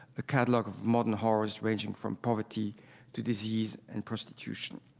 ah catalog of modern horrors ranging from poverty to disease and prostitution.